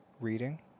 reading